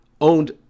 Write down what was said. owned